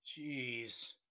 Jeez